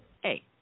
hey